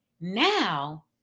now